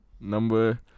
Number